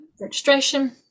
registration